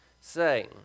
say